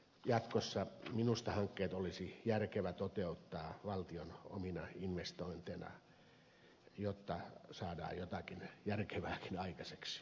jatkossa minusta hankkeet olisi järkevä toteuttaa valtion omina investointeina jotta saadaan jotakin järkevääkin aikaiseksi